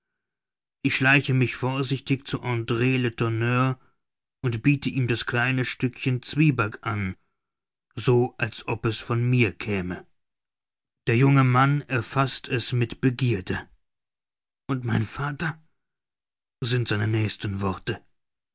ich schleiche mich vorsichtig zu andr letourneur und biete ihm das kleine stückchen zwieback an so als ob es von mir käme der junge mann erfaßt es mit begierde und mein vater sind seine nächsten worte